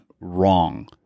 wrong